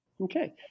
Okay